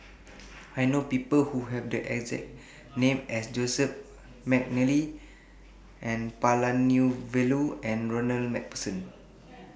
I know People Who Have The exact name as Joseph Mcnally N Palanivelu and Ronald MacPherson